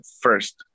first